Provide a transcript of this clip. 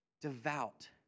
devout